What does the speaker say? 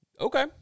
Okay